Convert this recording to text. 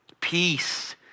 Peace